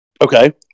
Okay